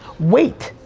wait,